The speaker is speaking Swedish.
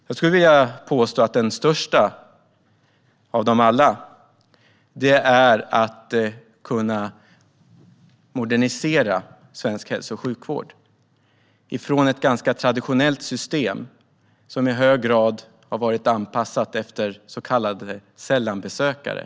Jag skulle vilja påstå att den största av dem alla är att modernisera svensk hälso och sjukvård från ett ganska traditionellt system som i hög grad har varit anpassat efter så kallade sällanbesökare.